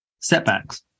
setbacks